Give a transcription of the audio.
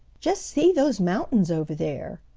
just see those mountains over there,